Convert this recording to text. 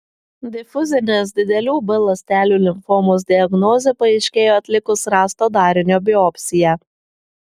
difuzinės didelių b ląstelių limfomos diagnozė paaiškėjo atlikus rasto darinio biopsiją